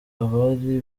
abari